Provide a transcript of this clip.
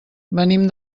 venim